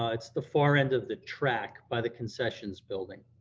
um it's the far end of the track by the concessions building.